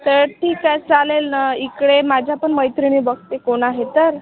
तर ठीक आहे चालेल ना इकडे माझ्या पण मैत्रिणी बघते कोण आहे तर